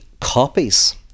copies